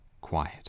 quiet